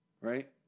Right